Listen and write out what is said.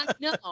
No